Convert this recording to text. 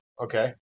Okay